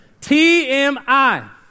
TMI